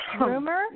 Rumor